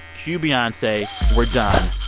cue beyonce. we're done.